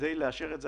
כדי לאשר את זה.